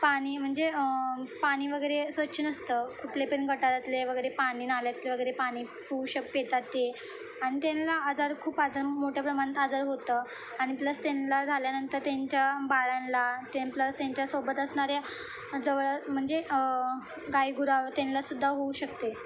पाणी म्हणजे पाणी वगैरे स्वच्छ नसतं कुठले पण गटारातले वगैरे पाणी नाल्यातले वगैरे पाणी पिऊ शक येतात ते आणि त्यांना आजार खूप आजार मोठ्या प्रमाणात आजार होतं आणि प्लस त्यांना झाल्यानंतर त्यांच्या बाळांना ते प्लस त्यांच्यासोबत असणाऱ्या जवळ म्हणजे गाई गुरं त्यांना सुद्धा होऊ शकते